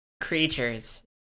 creatures